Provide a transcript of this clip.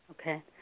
Okay